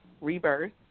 rebirth